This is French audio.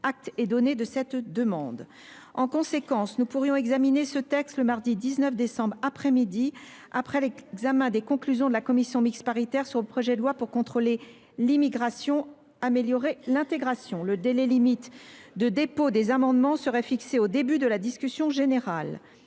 Acte est donné de cette demande. En conséquence, nous pourrions examiner ce texte le mardi 19 décembre après midi, après l’examen, sous réserve de leur dépôt, des conclusions de la commission mixte paritaire sur le projet de loi pour contrôler l’immigration, améliorer l’intégration. Le délai limite de dépôt des amendements serait fixé au début de la discussion générale.